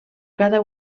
cada